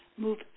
move